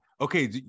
okay